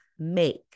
Make